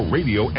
Radio